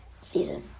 season